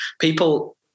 People